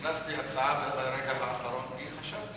הכנסתי הצעה ברגע האחרון כי חשבתי